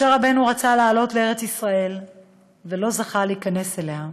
משה רבנו רצה לעלות לארץ-ישראל ולא זכה להיכנס אליה,